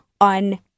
on